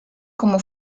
como